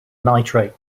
nitrate